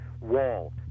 Wall